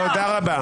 תעזוב.